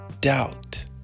doubt